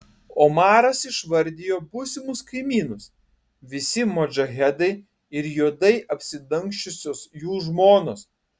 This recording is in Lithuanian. omaras išvardijo būsimus kaimynus visi modžahedai ir juodai apsidangsčiusios jų žmonos